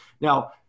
Now